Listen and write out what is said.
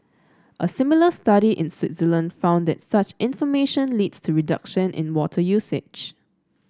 a similar study in Switzerland found that such information leads to reduction in water usage